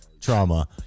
trauma